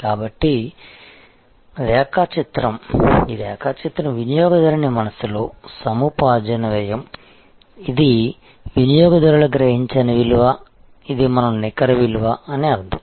కాబట్టి ఈ రేఖాచిత్రం వినియోగదారుని మనస్సులో సముపార్జన వ్యయం ఇది వినియోగదారులు గ్రహించిన విలువ ఇది మనం నికర విలువ అని అర్థం